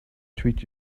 treat